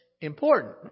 important